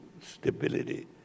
stability